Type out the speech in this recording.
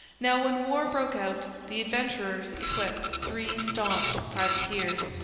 now when war broke out the adventurers equipped three staunch privateers.